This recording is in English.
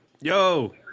Yo